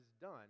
done